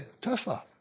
Tesla